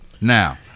Now